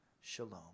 Shalom